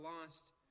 lost